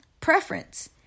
preference